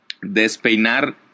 despeinar